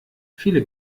viele